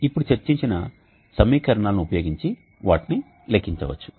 ఇప్పుడు చర్చించిన సమీకరణాలను ఉపయోగించి వాటిని లెక్కించవచ్చు